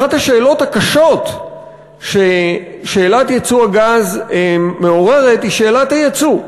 אחת השאלות הקשות ששאלת ייצוא הגז מעוררת היא שאלת המיסוי.